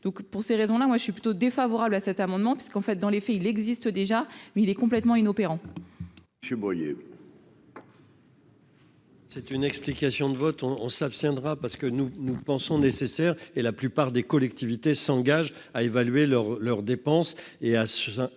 donc pour ces raisons-là, moi je suis plutôt défavorable à cet amendement, puisqu'en fait, dans les faits, il existe déjà mais il est complètement inopérant. Monsieur voyez. C'est une explication de vote on on s'abstiendra, parce que nous nous pensons nécessaire et la plupart des collectivités s'engagent à évaluer leurs leurs